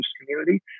community